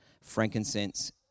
frankincense